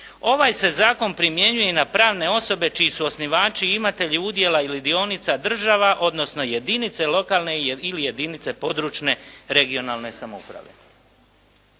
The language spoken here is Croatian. "Ovaj se Zakon primjenjuje na pravne osobe čiji su osnivači imatelji udjela ili dionica država, odnosno jedinice lokalne ili jedinice područne (regionalne) samouprave.".